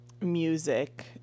music